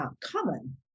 common